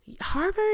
Harvard